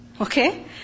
Okay